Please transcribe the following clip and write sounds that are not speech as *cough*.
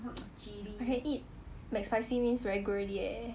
*noise* I can eat mcspicy means very good already eh